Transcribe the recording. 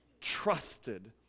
trusted